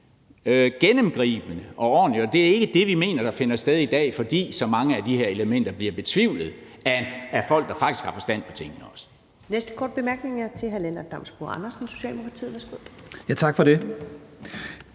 gennemgribende og ordentligt, og det er ikke det, vi mener finder sted i dag, fordi så mange af de her elementer bliver betvivlet af folk, der faktisk har forstand på tingene.